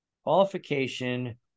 Qualification